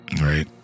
right